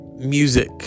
Music